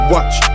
Watch